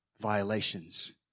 violations